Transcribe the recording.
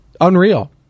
Unreal